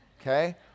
Okay